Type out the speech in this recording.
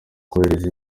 kohereza